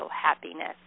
happiness